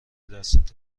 دستته